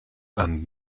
and